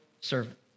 servant